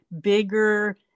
bigger